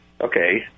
okay